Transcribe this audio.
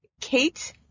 Kate